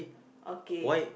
okay